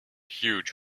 huge